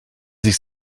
sich